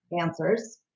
answers